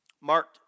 Mark